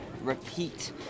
repeat